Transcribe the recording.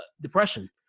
depression